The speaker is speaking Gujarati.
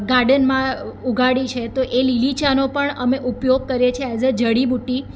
ગાર્ડનમાં ઉગાડી છે તો એ લીલી ચાનો પણ અમે ઉપયોગ કરીએ છે એઝ અ જડીબુટ્ટી